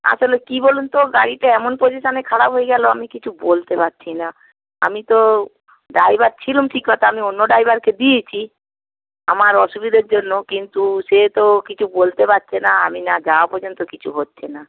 আসলে কী বলুন তো গাড়িটা এমন পজিশনে খারাপ হয়ে গেল আমি কিছু বলতে পারছি না আমি তো ড্রাইভার ছিলাম ঠিক কথা আমি অন্য ড্রাইভারকে দিয়েছি আমার অসুবিধের জন্য কিন্তু সে তো কিছু বলতে পারছে না আমি না যাওয়া পর্যন্ত কিছু হচ্ছে না